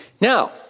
Now